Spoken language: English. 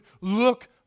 look